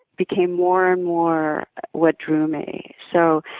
became more and more what drew me. so,